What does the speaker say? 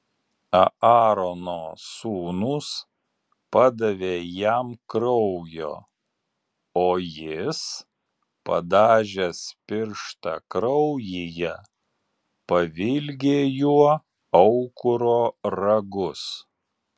aarono sūnūs padavė jam kraujo o jis padažęs pirštą kraujyje pavilgė juo aukuro ragus